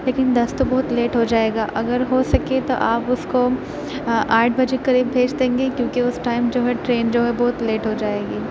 لیکن دس تو بہت لیٹ ہو جائے گا اگر ہو سکے تو آپ اس کو آٹھ بجے کے قریب بھیج دیں گے کیونکہ اس ٹائم جو ہے ٹرین جو ہے بہت لیٹ ہو جائے گی